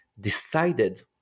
decided